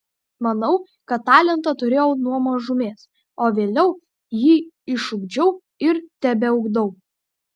manau kad talentą turėjau nuo mažumės o vėliau jį išugdžiau ir tebeugdau